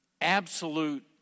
absolute